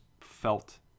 felt